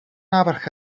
návrh